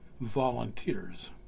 volunteers